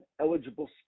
eligible